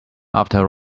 after